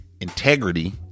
integrity